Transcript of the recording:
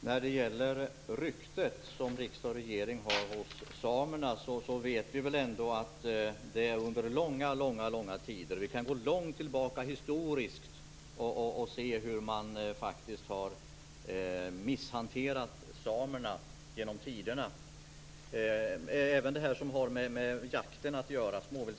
Herr talman! När det gäller ryktet som riksdag och regering har hos samerna vet vi ju att vi kan gå långt tillbaka historiskt och se hur samerna har misshanterats genom tiderna. Det gäller även det som har med småviltsjakten att göra.